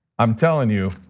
i'm telling you,